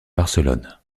barcelone